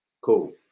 Cool